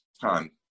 time